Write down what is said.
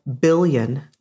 billion